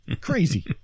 crazy